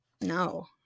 No